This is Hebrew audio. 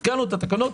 התקנו תקנות.